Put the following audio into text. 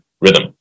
rhythm